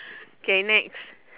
K next